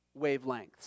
wavelengths